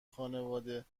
خانواده